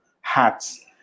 hats